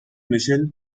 mitchell